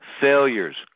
failures